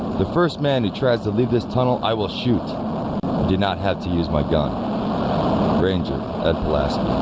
the first man who tries to leave this tunnel i will shoot i did not have to use my gun ranger ed pulaski